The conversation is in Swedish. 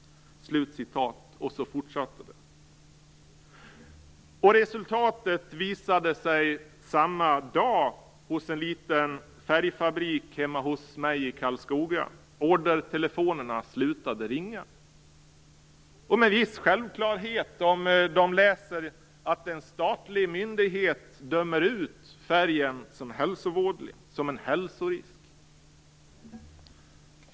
Och så fortsätter det. Resultatet visade sig samma dag i en liten färgfabrik hemma i Karlskoga. Ordertelefonerna slutade att ringa. Det är ganska självklart att man inte ringer om man läser att en statlig myndighet dömer ut färgen som hälsovådlig, som en hälsorisk.